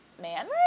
man